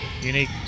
Unique